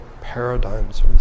paradigms